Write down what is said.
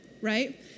right